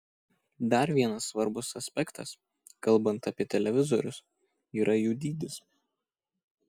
dar vienas svarbus aspektas kalbant apie televizorius yra jų dydis